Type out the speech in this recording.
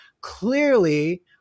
clearly